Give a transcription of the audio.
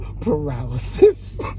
paralysis